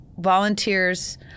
volunteers